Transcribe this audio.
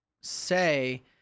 say